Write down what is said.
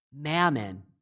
Mammon